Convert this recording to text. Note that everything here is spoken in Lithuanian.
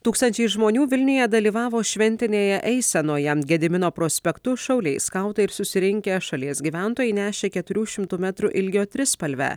tūkstančiai žmonių vilniuje dalyvavo šventinėje eisenoje gedimino prospektu šauliai skautai ir susirinkę šalies gyventojai nešė keturių šimtų metrų ilgio trispalvę